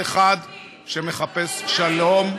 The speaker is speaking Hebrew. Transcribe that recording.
כל אחד שמחפש שלום,